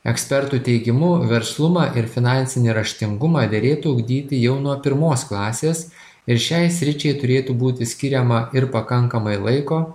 ekspertų teigimu verslumą ir finansinį raštingumą derėtų ugdyti jau nuo pirmos klasės ir šiai sričiai turėtų būti skiriama ir pakankamai laiko